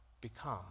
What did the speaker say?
become